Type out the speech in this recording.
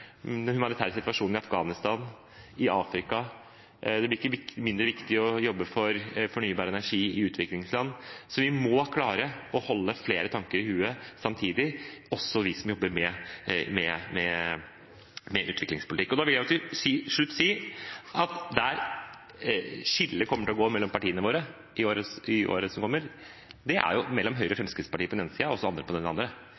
den humanitære situasjonen i Afghanistan og i Afrika noe bedre, og det blir ikke mindre viktig å jobbe for fornybar energi i utviklingsland. Så vi må klare å holde flere tanker i hodet samtidig, også vi som jobber med utviklingspolitikk. Da vil jeg til slutt si at der skillet kommer til å gå mellom partiene våre i året som kommer, er mellom Høyre og Fremskrittspartiet på den ene siden og oss andre